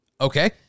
Okay